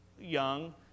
young